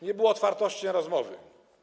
Nie było otwartości na rozmowy.